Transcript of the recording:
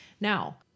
Now